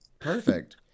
Perfect